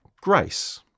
grace